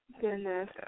Goodness